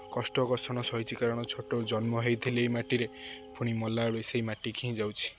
କଷ୍ଟ ଓ କଷଣ ସହିଛି କାରଣ ଛୋଟ ଜନ୍ମ ହୋଇଥିଲେ ଏହି ମାଟିରେ ପୁଣି ମଲାବେଳେ ସେହି ମାଟିକୁ ହିଁ ଯାଉଛି